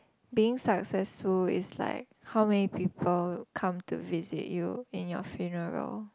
being successful is like how many people come to visit you in your funeral